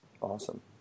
Awesome